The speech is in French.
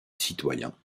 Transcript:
citoyens